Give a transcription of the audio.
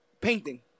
painting